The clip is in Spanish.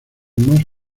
más